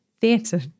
theatre